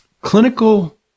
Clinical